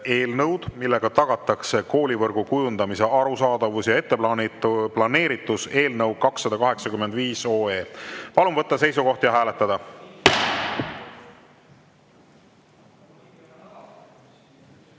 millega tagatakse koolivõrgu kujundamise arusaadavus ja etteplaneeritus" eelnõu 285. Palun võtta seisukoht ja hääletada!